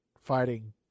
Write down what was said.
fighting